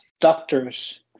doctors